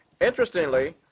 interestingly